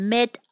Mid